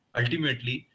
ultimately